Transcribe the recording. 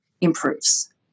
improves